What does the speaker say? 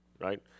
right